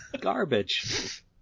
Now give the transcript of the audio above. Garbage